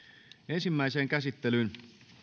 ensimmäiseen käsittelyyn